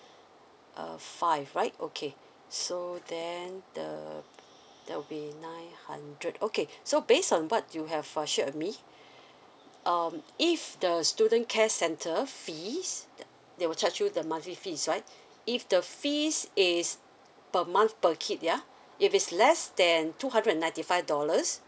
uh five right okay so then the there will be nine hundred okay so based on what you have uh shared with me um if the student care center fees they will charge you the monthly fees right if the fees is per month per kid yeah if it's less than two hundred and ninety five dollars